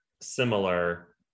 similar